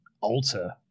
alter